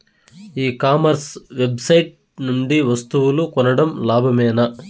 E commerce website నుండి వస్తువులు కొనడం లాభమేనా?